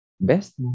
best